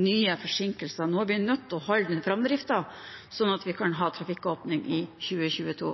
nye forsinkelser nå. Vi er nødt til å holde framdriften, sånn at vi kan ha trafikkåpning i 2022.